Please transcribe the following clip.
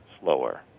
slower